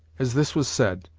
as this was said,